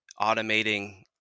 automating